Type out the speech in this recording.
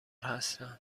هستم